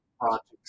projects